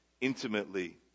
intimately